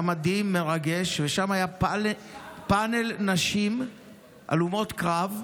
היה מדהים, מרגש, והיה שם פאנל נשים הלומות קרב,